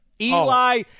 Eli